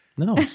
No